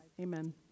Amen